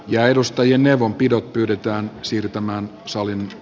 ja edustajien neuvonpidot pyritään siirtämään salin